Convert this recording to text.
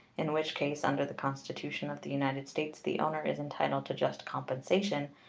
in which case, under the constitution of the united states, the owner is entitled to just compensation,